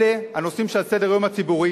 אלה הנושאים שעל סדר-היום הציבורי